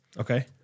Okay